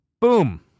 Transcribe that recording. boom